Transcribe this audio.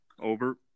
Over